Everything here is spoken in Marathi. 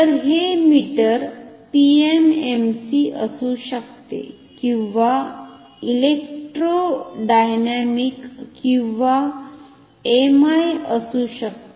तर हे मीटर पीएमएमसी असु शकते किंवा इलेक्ट्रोडायनामिक किंवा एमआय असू शकते